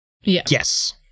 Yes